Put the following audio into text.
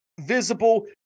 visible